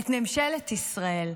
את ממשלת ישראל?